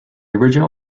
original